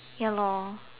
ya lor